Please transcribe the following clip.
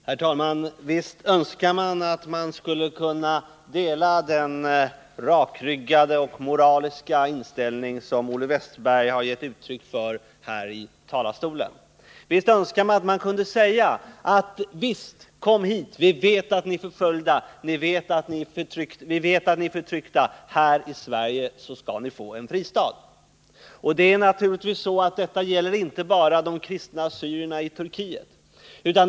Herr talman! Visst önskar man att man skulle kunna dela den rakryggade och moraliska inställning som Olle Wästberg i Stockholm har gett uttryck för här i talarstolen. Visst önskar man att man kunde säga: Kom hit, vi vet att ni är förföljda och förtryckta, här i Sverige skall ni få en fristad. Naturligtvis gäller detta inte bara de kristna syrianerna i Turkiet.